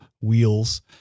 wheels